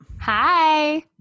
hi